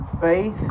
faith